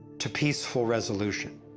to peaceful resolution.